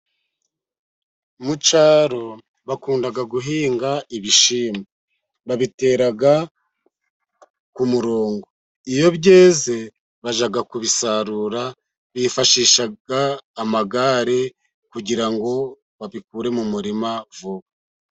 Mucyaro bakundaga guhinga ibishimbo bateraga kumurongo, iyo byeze bajyaga kubisarura, bifashishaga amagare kugira ngo babikure mu murima vuba.